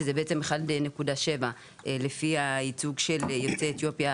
שזה בעצם 1.7 לפי הייצוג של יוצאי אתיופיה